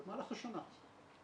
במהלך השנה.